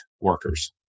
workers